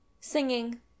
singing